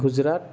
Gujarat